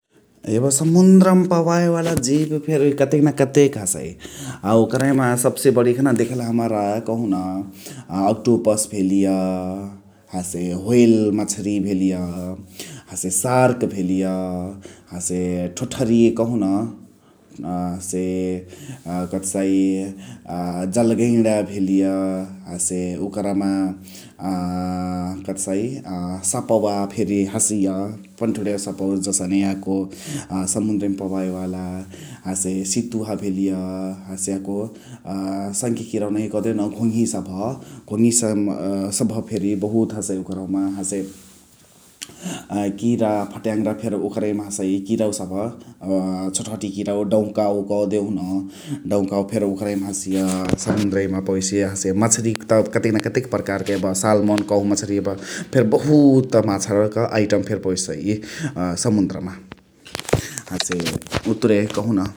एब समुन्द्र मा पवाए वाला जिब फेरी कतेन कते हसइ । अ ओकरहिमा सबसे बण्ही देखले हमरा कहुन अक्टोपस भेलिय, हसे ह्वेल मछ्हरिया भेलिय, हसे शार्क भेलिय हसे ठोठरी कहुन । अ हसे अ कथसाइ अ जलगैणा भेलिय, हसे ओकरमा अ कथसाइ अ सपवा फेरी हसे हसिया पनढोणियावा सपवा जसने याको समुन्द्रमा पवाए वाला । हसे सितुहा भेलिय हसे याको अ सङ्खे किरवा नहिया कदेउन घोङही सबह । घोङही सबह फेरी बहुत हसइ ओकरमा । हसे किरा फट्याङ्रा फेरी ओकरहिमा हसइ किरवा सबह । अ छोटह्टी किरवा डौकावा कदेउन डौकावा फेरी ओकरहिमा हसिय समुन्द्रेमा पवेसिय हसे । हसे माछारिक त कतेन कते प्रकार एब सालमोन माछारिया फेरी बहुत माछरक आइटम फेरी पवेसइ अ समुन्द्रमा । हसे उतुरे कहुन ।